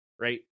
right